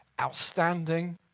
outstanding